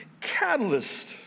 catalyst